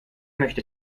möchte